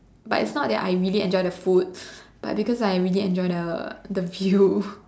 but it's not that I really enjoy the food but because I really enjoy the the view